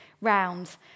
round